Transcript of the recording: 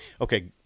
Okay